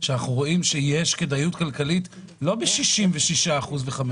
עכשיו אנחנו רואים שיש כדאיות כלכלית לא ב-66 אחוז ב-15